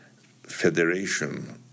federation